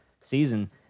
season